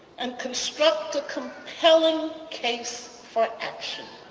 and construct a compelling case for action.